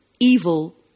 evil